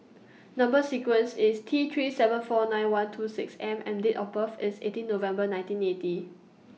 Number sequence IS T three seven four nine one two six M and Date of birth IS eighteen November nineteen eighty